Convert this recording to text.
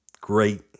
great